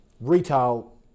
retail